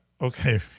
Okay